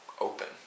open